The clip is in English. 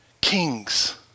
Kings